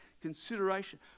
consideration